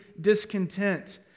discontent